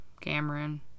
Cameron